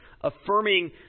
affirming